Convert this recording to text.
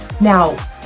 Now